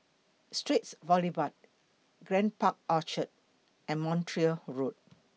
Straits Boulevard Grand Park Orchard and Montreal Road